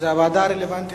אז הוועדה הרלוונטית,